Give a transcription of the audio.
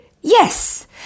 yes